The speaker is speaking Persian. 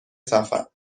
سفر